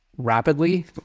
Rapidly